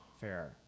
fair